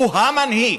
הוא המנהיג.